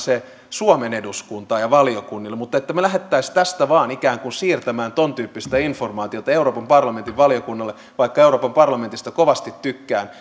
sen suomen eduskuntaan ja valiokunnille mutta se että me lähtisimme tästä vain ikään kuin siirtämään tuontyyppistä informaatiota euroopan parlamentin valiokunnalle vaikka euroopan parlamentista kovasti tykkään